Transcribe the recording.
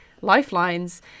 lifelines